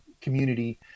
community